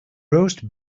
roast